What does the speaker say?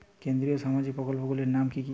কেন্দ্রীয় সামাজিক প্রকল্পগুলি নাম কি কি?